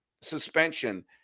suspension